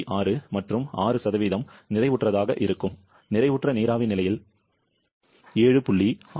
6 மற்றும் 6 நிறைவுற்றதாக இருக்கும் நிறைவுற்ற நீராவி நிலையில் 7